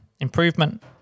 improvement